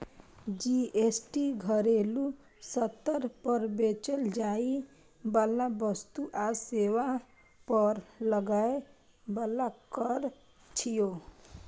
GST घरेलू स्तर पर बेचल जाइ बला वस्तु आ सेवा पर लागै बला कर छियै